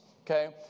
Okay